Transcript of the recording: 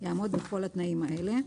יעמוד בכל התנאים האלה: